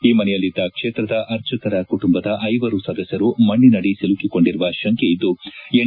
ಈ ಮನೆಯಲ್ಲಿದ್ದ ಕ್ಷೇತ್ರದ ಅರ್ಚಕರ ಕುಟುಂಬದ ಐವರು ಸದಸ್ಕರು ಮಣ್ಣಿನಡಿ ಸಿಲುಕಿಕೊಂಡಿರುವ ಶಂಕೆಯಿದ್ದು ಎನ್